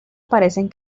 parecen